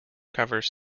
covers